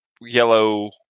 yellow